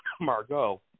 Margot